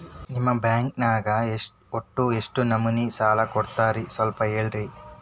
ನಿಮ್ಮ ಬ್ಯಾಂಕ್ ನ್ಯಾಗ ಒಟ್ಟ ಎಷ್ಟು ನಮೂನಿ ಸಾಲ ಕೊಡ್ತೇರಿ ಸ್ವಲ್ಪ ಹೇಳ್ರಿ